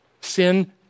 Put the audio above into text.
Sin